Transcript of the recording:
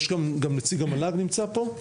נשמע את